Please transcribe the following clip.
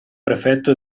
prefetto